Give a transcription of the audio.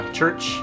church